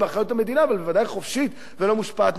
אבל בוודאי חופשית ולא מושפעת מפוליטיקאים.